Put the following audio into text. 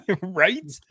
Right